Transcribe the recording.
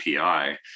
API